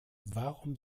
warum